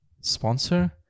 sponsor